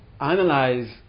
analyze